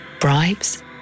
Bribes